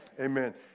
Amen